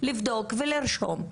לבדוק ולרשום.